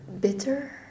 bitter